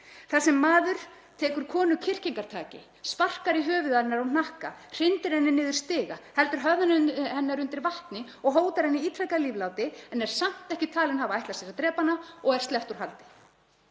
sem maður tekur konu kyrkingartaki, sparkar í höfuð hennar og hnakka, hrindir henni niður stiga, heldur höfði hennar undir vatni og hótar henni ítrekað lífláti en er samt ekki talinn hafa ætlað sér að drepa hana og er sleppt úr haldi.